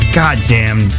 goddamn